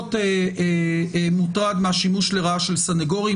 פחות מוטרד מהשימוש לרעה של סנגורים,